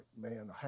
man